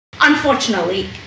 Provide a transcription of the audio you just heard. unfortunately